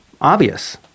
obvious